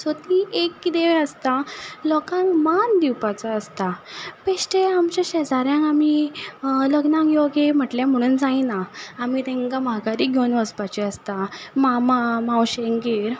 ती एक किदें आसता लोकांक मान दिवपाचो आसता बेश्टे आमचे शेजारी जाल्यार आमी लग्नाक यो गे म्हणले म्हणून जायना आमी तेंकां माघारी घेवन वचपाचे आसता मामा मावशेंगेर